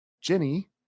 Jenny